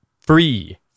free